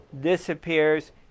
disappears